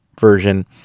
version